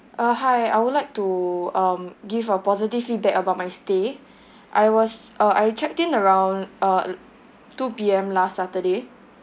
uh hi I would like to um give a positive feedback about my stay I was uh I checked in around uh two P_M last saturday